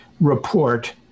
report